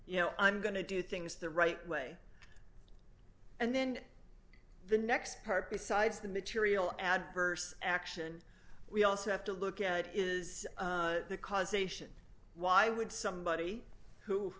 you know i'm going to do things the right way and then the next part besides the material adverse action we also have to look at is the causation why would somebody who